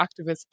activist